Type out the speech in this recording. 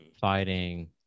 fighting